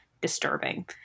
disturbing